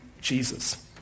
Jesus